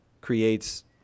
creates